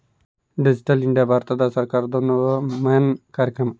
digital India ಭಾರತ ಸರ್ಕಾರ್ದೊರ್ದು main ಕಾರ್ಯಕ್ರಮ